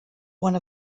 one